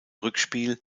rückspiel